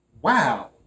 Wow